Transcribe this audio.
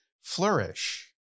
flourish